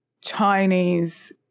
Chinese